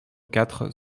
quatre